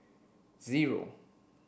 zero